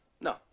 no